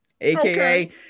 aka